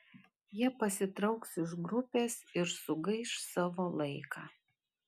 jie pasitrauks iš grupės ir sugaiš savo laiką